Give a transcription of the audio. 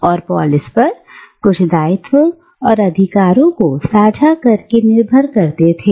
और पोलिस पर कुछ दायित्व और अधिकारों को साझा करके निर्भर करते थे